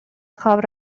خواب